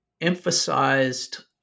emphasized